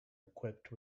equipped